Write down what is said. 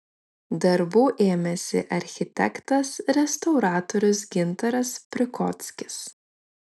darbų ėmėsi architektas restauratorius gintaras prikockis